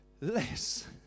less